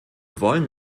wollen